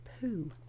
poo